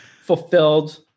fulfilled